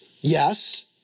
yes